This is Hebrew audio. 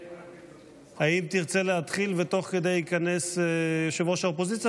האם תרצה להתחיל ותוך כדי ייכנס ראש האופוזיציה,